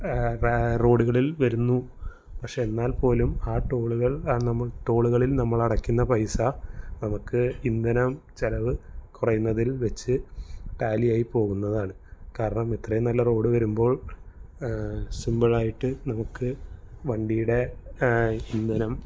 റോഡുകളിൽ വരുന്നു പക്ഷെ എന്നാൽപോലും ആ ടോളുകൾ നമുക്ക് ടോളുകളിൽ നമ്മൾ അടയ്ക്കുന്ന പൈസ നമുക്ക് ഇന്ധനം ചിലവ് കുറയുന്നതിൽ വെച്ച് ടാലിയായി പോകുന്നതാണ് കാരണം ഇത്രയും നല്ല റോഡ് വരുമ്പോൾ സിമ്പിളായിട്ട് നമുക്ക് വണ്ടിയുടെ ഇന്ധനം